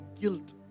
guilt